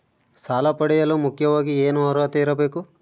ಸಾಲ ಪಡೆಯಲು ಮುಖ್ಯವಾಗಿ ಏನು ಅರ್ಹತೆ ಇರಬೇಕು?